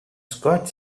squirt